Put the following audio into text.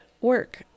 work